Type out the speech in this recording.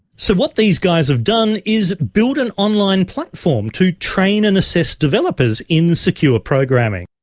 so what these guys have done is build an online platform to train and assess developers in secure programming.